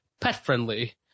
pet-friendly